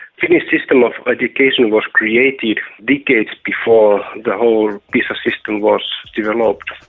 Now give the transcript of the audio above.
finnish system of education was created decades before the whole pisa system was developed,